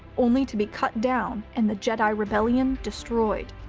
only to be cut down and the jedi rebellion destroyed.